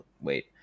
wait